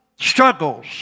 struggles